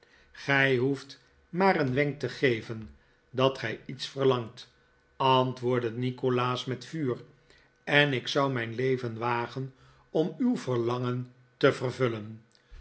gij hoeft maar een wenk te geven dat gij iets verlangt antwoordde nikolaas met vuur en ik zou mijn leven wagen om uw verlangen te vervullen